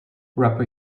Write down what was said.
rapper